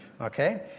Okay